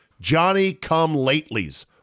Johnny-come-latelys